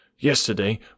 Yesterday